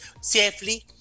safely